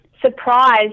surprised